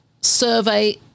survey